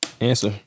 answer